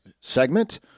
segment